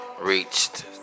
reached